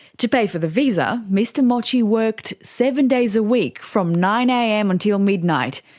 to pay for the visa, mr mochi worked seven days a week from nine am until midnight,